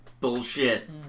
bullshit